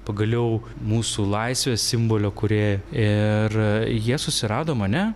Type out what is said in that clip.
pagaliau mūsų laisvės simbolio kūrėją ir jie susirado mane